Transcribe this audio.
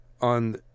on